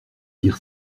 dire